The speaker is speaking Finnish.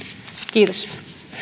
kiitos